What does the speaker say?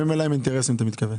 אתה מתכוון